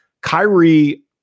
Kyrie